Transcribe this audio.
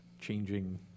changing